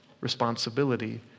responsibility